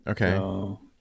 Okay